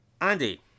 Andy